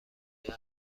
الان